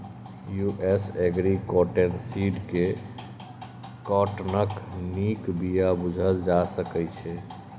US agri cotton seed केँ काँटनक नीक बीया बुझल जा सकै छै